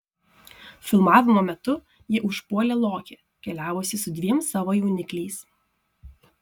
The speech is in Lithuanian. filmavimo metu jį užpuolė lokė keliavusi su dviem savo jaunikliais